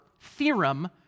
theorem